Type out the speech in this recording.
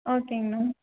ஓகேங்ண்ணா